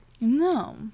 No